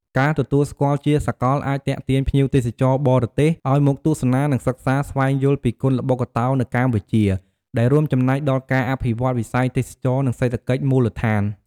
ការទទួលស្គាល់ជាសាកលអាចទាក់ទាញភ្ញៀវទេសចរបរទេសឱ្យមកទស្សនា និងសិក្សាស្វែងយល់ពីគុនល្បុក្កតោនៅកម្ពុជា ដែលរួមចំណែកដល់ការអភិវឌ្ឍន៍វិស័យទេសចរណ៍ និងសេដ្ឋកិច្ចមូលដ្ឋាន។